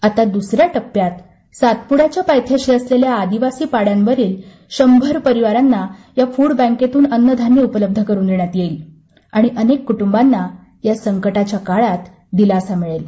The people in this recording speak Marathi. आता दूसऱ्या टप्प्यात सातपूङ्याच्या पायथ्याशी असलेल्या आदिवासी पाङ्यांवरीलशंभर परिवारांना या फूड बँकेतून अन्नधान्य उपलब्ध करून देण्यात येईलआणि अनेक कुटुंबांना या संकटाच्या काळात दिलासा मिळेल